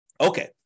Okay